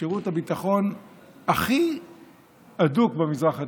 שירות הביטחון הכי הדוק במזרח התיכון,